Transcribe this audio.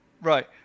Right